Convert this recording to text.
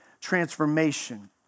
transformation